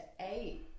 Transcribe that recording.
eight